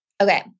Okay